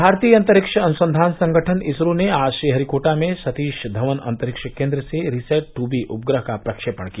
भारतीय अंतरिक्ष अनुसंधान संगठन इसरो ने आज श्रीहरिकोटा में सतीश धवन अंतरिक्ष केन्द्र से रिसैट टूबी उपग्रह का प्रक्षेपण किया